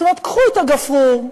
קחו את הגפרור,